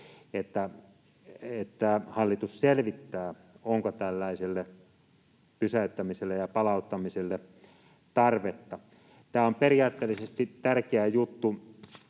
että hallitus selvittää, onko tällaiselle pysäyttämiselle ja palauttamiselle tarvetta. Tämä on periaatteellisesti tärkeä juttu,